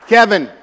Kevin